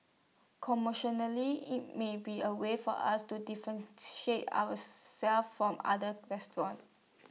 IT might be A way for us to differentiate ourselves from other restaurants